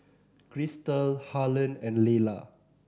Chrystal Harlon and Layla